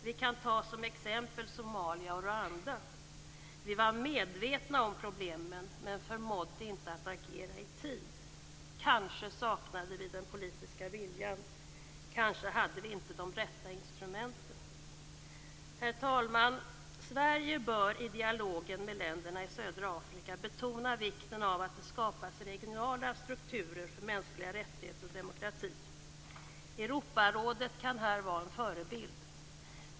Vi kan ta som exempel Somalia och Rwanda. Vi var medvetna om problemen men förmådde inte att agera i tid. Kanske saknade vi den politiska viljan, kanske hade vi inte de rätta instrumenten? Herr talman! Sverige bör i dialogen med länderna i södra Afrika betona vikten av att det skapas regionala strukturer för mänskliga rättigheter och demokrati. Europarådet kan här vara en förebild.